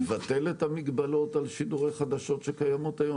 --- מבטל את המגבלות על שידורי חדשות שקיימים היום?